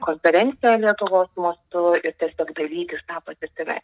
konferenciją lietuvos mastu ir tiesiog dalytis patirtimi